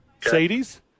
Sadie's